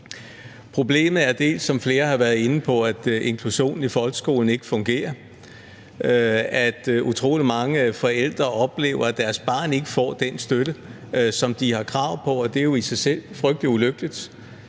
inde på, at inklusionen i folkeskolen ikke fungerer, at utrolig mange forældre oplever, at deres barn ikke får den støtte, som de har krav på. Og det er jo i sig selv frygtelig ulykkeligt